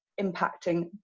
impacting